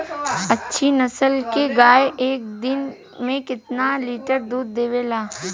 अच्छी नस्ल क गाय एक दिन में केतना लीटर दूध देवे ला?